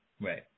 Right